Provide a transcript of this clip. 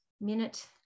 minute